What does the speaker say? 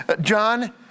John